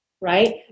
right